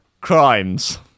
Crimes